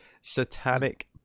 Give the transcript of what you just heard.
Satanic